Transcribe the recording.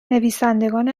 نویسندگان